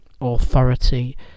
authority